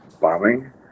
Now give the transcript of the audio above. bombing